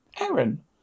Aaron